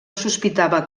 sospitava